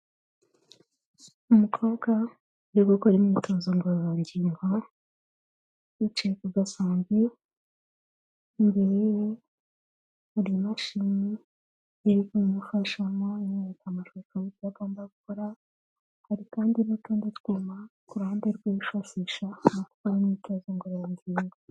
Umukobwa uri gukora imyitozo ngororangingo, yicaye ku gasombi, imbere ye, hari imashini iri kubimufashamo, imwereka amashusho y'ibyo agomba gukora, hari kandi n'utundi twuma, ku ruhande rwe yifashisha mu gukora imyitozo ngororangingo.